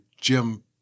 Jim